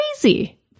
crazy